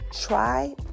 Try